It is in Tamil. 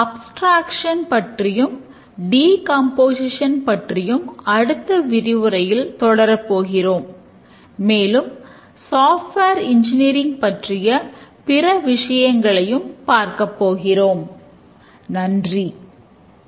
அப்ஸ்டிரேக்ட்ஸன் பற்றிய பிற விஷயங்களையும் பார்க்கப்போகிறோம்